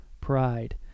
pride